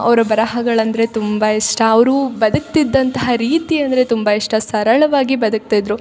ಅವರ ಬರಹಗಳಂದರೆ ತುಂಬ ಇಷ್ಟ ಅವರು ಬದುಕ್ತಿದ್ದಂತಹ ರೀತಿ ಅಂದರೆ ತುಂಬ ಇಷ್ಟ ಸರಳವಾಗಿ ಬದುಕ್ತಿದ್ರು